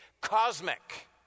cosmic